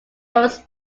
fields